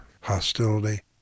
hostility